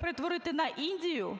перетворити на Індію?